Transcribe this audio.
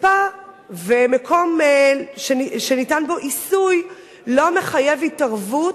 ספא ומקום שניתן בו עיסוי לא מחייב התערבות